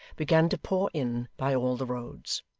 began to pour in by all the roads.